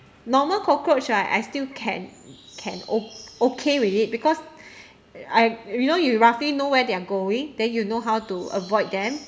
normal cockroach I I still can can ok~ okay with it because I you know you roughly know where they're going then you know how to avoid them